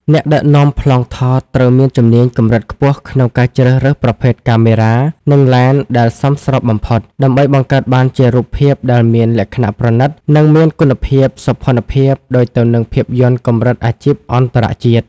អ្នកដឹកនាំប្លង់ថតត្រូវមានជំនាញកម្រិតខ្ពស់ក្នុងការជ្រើសរើសប្រភេទកាមេរ៉ា និងឡេនដែលសមស្របបំផុត ដើម្បីបង្កើតបានជារូបភាពដែលមានលក្ខណៈប្រណីត និងមានគុណភាពសោភ័ណភាពដូចទៅនឹងភាពយន្តកម្រិតអាជីពអន្តរជាតិ។